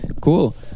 cool